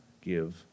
give